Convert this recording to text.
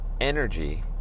Energy